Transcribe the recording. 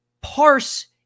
parse